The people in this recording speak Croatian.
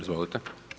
Izvolite.